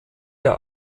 der